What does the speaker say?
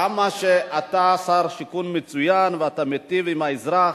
כמה שאתה שר שיכון מצוין ואתה מיטיב עם האזרח,